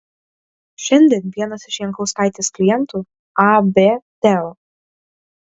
šiandien vienas iš jankauskaitės klientų ab teo